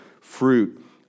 fruit